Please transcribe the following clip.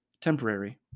temporary